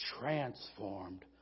transformed